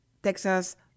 Texas